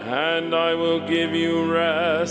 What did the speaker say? and i will give you a